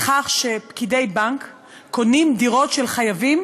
בכך שפקידי בנק קונים דירות של חייבים